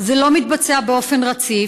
זה לא מתבצע באופן רציף.